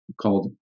called